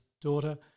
daughter